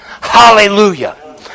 Hallelujah